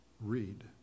read